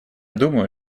думаю